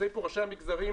נמצאים פה ראשי המגזרים.